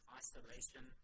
isolation